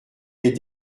les